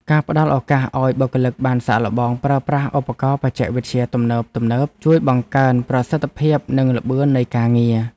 ការផ្តល់ឱកាសឱ្យបុគ្គលិកបានសាកល្បងប្រើប្រាស់ឧបករណ៍បច្ចេកវិទ្យាទំនើបៗ ជួយបង្កើនប្រសិទ្ធភាពនិងល្បឿននៃការងារ។